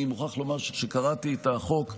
אני מוכרח לומר שכשקראתי את החוק